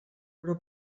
però